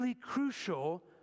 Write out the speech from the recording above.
crucial